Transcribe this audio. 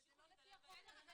אבל זה לא לפי החוק הזה.